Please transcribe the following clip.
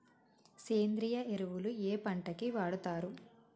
సేంద్రీయ ఎరువులు ఏ పంట కి వాడుతరు?